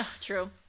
True